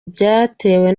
byatewe